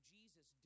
Jesus